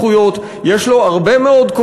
יש לו הרבה מאוד סמכויות,